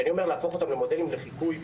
יש להפוך את הספורטאים למודל לחיקוי,